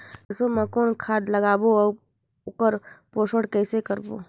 सरसो मा कौन खाद लगाबो अउ ओकर पोषण कइसे करबो?